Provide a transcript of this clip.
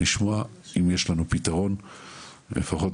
לשמוע האם יש לנו פתרון מינימלי.